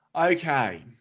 Okay